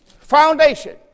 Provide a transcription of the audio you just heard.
foundation